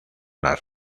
las